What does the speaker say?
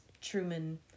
Truman